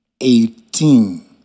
Eighteen